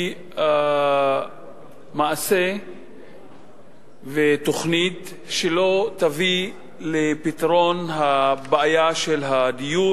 היא מעשה ותוכנית שלא יביאו לפתרון הבעיה של הדיור